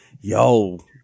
yo